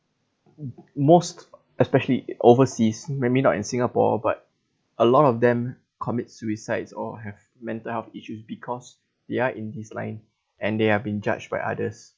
most especially overseas maybe not in singapore but a lot of them commit suicides or have mental health issues because they are in this line and they are being judged by others